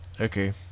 Okay